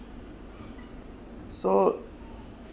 so